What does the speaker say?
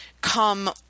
come